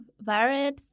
varied